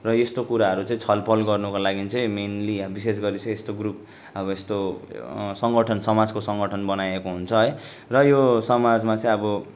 र यस्तो कुराहरू चाहिँ छलफल गर्नुको लागि चाहिँ मेन्ली विशेष गरी चाहिँ यस्तो ग्रुप अब यस्तो सङ्गठन समाजको सङ्गठन बनाएको हुन्छ है र यो समाजमा चाहिँ अब